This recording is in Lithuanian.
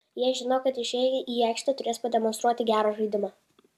jie žino kad išėję į aikštę turės pademonstruoti gerą žaidimą